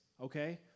okay